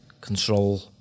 control